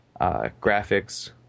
graphics